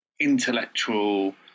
intellectual